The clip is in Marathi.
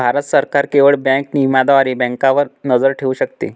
भारत सरकार केवळ बँक नियमनाद्वारे बँकांवर नजर ठेवू शकते